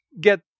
get